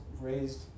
raised